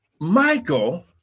Michael